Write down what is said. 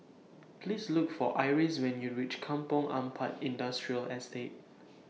Please Look For Iris when YOU REACH Kampong Ampat Industrial Estate